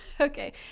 Okay